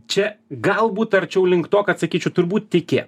čia galbūt arčiau link to kad sakyčiau turbūt tikėt